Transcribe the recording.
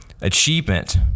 achievement